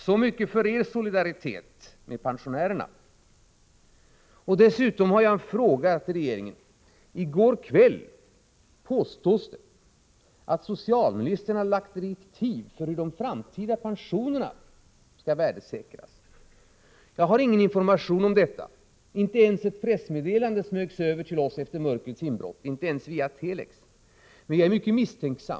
Så mycket blev det av er solidaritet med pensionärerna. Jag har i det här sammanhanget en fråga till regeringen: Det påstås att socialministern i går kväll presenterat direktiven till en utredning om hur de framtida pensionerna skall värdesäkras. Jag har ingen direkt information om detta. Inte ens ett pressmeddelande smögs över till oss efter mörkrets inbrott — vi fick inte ens något meddelande om det via telex. Men jag är mycket misstänksam.